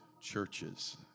churches